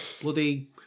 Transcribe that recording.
Bloody